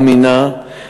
אמינה,